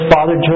Father